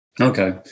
Okay